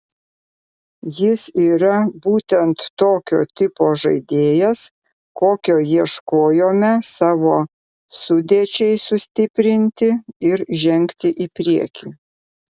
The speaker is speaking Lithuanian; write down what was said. jis yra būtent tokio tipo žaidėjas kokio ieškojome savo sudėčiai sustiprinti ir žengti į priekį